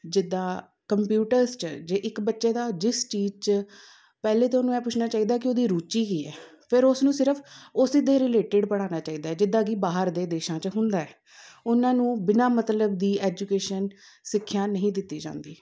ਜਿੱਦਾਂ ਕੰਪਿਊਟਰਸ 'ਚ ਜੇ ਇੱਕ ਬੱਚੇ ਦਾ ਜਿਸ ਚੀਜ਼ 'ਚ ਪਹਿਲੇ ਤੁਹਾਨੂੰ ਇਹ ਪੁੱਛਣਾ ਚਾਹੀਦਾ ਕਿ ਉਹਦੀ ਰੁਚੀ ਕੀ ਹੈ ਫਿਰ ਉਸ ਨੂੰ ਸਿਰਫ਼ ਉਸੇ ਦੇ ਰਿਲੇਟਿਡ ਪੜ੍ਹਾਉਣਾ ਚਾਹੀਦਾ ਜਿੱਦਾਂ ਕਿ ਬਾਹਰ ਦੇ ਦੇਸ਼ਾਂ 'ਚ ਹੁੰਦਾ ਹੈ ਉਹਨਾਂ ਨੂੰ ਬਿਨਾਂ ਮਤਲਬ ਦੀ ਐਜੂਕੇਸ਼ਨ ਸਿੱਖਿਆ ਨਹੀਂ ਦਿੱਤੀ ਜਾਂਦੀ